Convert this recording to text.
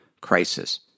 crisis